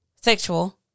Sexual